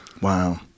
Wow